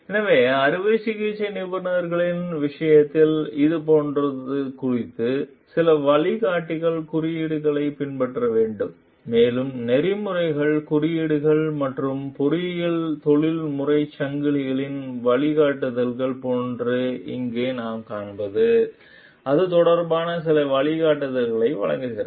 எனவே அறுவை சிகிச்சை நிபுணர்களின் விஷயத்தில் இது போன்றது குறித்து சில வழிகாட்டிகள் குறியீடுகளைப் பின்பற்ற வேண்டும் மேலும் நெறிமுறைகள் குறியீடுகள் மற்றும் பொறியியல் தொழில்முறைச் சங்கங்களின் வழிகாட்டுதல்கள் போன்ற இங்கே நாம் காண்பது அது தொடர்பான சில வழிகாட்டுதல்களையும் வழங்குகிறது